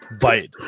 bite